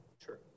Sure